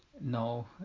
No